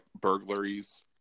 burglaries